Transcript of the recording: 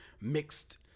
mixed